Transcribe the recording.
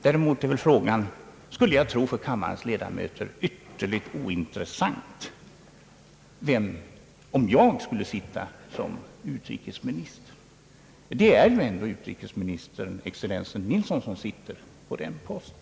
Däremot är det väl, skulle jag tro, ytterligt ointressant för kammarens ledamöter vad som skulle inträffa om jag vore utrikesminister. Det är ändå excellensen Nilsson som sitter på den posten.